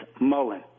Mullen